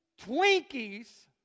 Twinkies